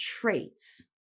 traits